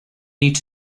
need